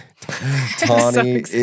Tawny